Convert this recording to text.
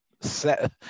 set